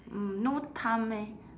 mm no time leh